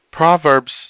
Proverbs